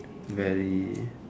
very